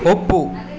ಒಪ್ಪು